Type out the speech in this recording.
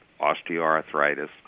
osteoarthritis